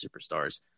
superstars